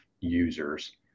users